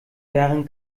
daran